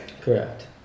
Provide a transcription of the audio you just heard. Correct